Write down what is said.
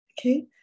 Okay